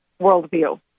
worldview